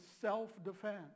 self-defense